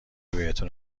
بهتون